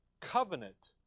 covenant